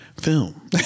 film